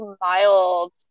mild